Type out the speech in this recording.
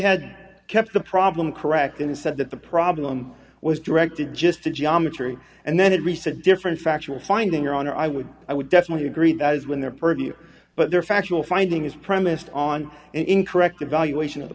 had kept the problem correct and said that the problem was directed just the geometry and then it reset different factual finding your honor i would i would definitely agree that is when they're pretty but they're factual finding is premised on an incorrect evaluation of the